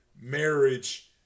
marriage